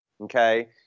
okay